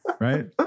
Right